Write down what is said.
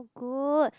good